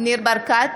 ניר ברקת,